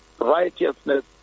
Righteousness